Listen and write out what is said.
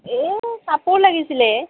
এ কাপোৰ লাগিছিলে